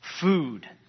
food